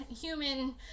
human